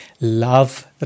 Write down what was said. love